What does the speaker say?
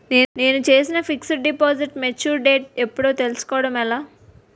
నేను చేసిన fixed deposit mature date ఎప్పుడో తెల్సుకోవడం ఎలా?